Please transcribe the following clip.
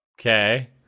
Okay